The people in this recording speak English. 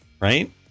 right